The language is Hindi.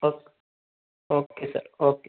okay okay sir okay